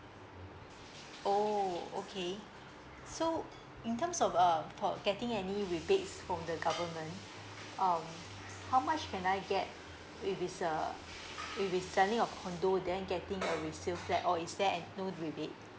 oh okay so in terms of uh for getting any rebates from the government um how much can I get if it's uh if it's selling a condo then getting a resale flat or is there ac~ no rebate